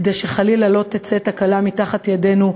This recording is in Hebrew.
כדי שחלילה לא תצא תקלה מתחת ידינו,